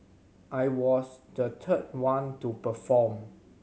I was the third one to perform